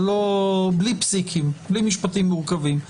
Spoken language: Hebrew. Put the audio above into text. בלי פסיקים,